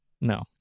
No